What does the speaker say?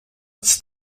its